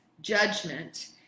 judgment